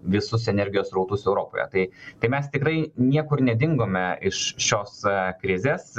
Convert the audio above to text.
visus energijos srautus europoje tai mes tikrai niekur nedingome iš šios krizės